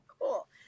cool